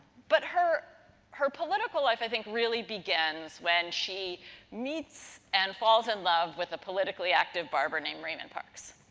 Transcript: but, her her political life, i think, really begins when she meets and falls in love with a politically active barber named raymond parks.